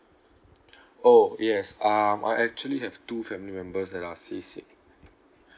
oh yes um I actually have two family members that are seasick